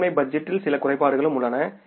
முதன்மை பட்ஜெட்டில் சில குறைபாடுகளும் உள்ளன